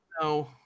No